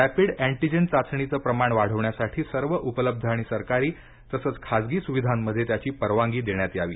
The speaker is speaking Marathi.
रॅपिड अँटीजेन चाचणीचं प्रमाण वाढवण्यासाठी सर्व उपलब्ध आणि सरकारी आणि खासगी सुविधांमध्ये त्याची परवानगी देण्यात यावी